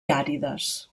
àrides